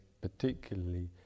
particularly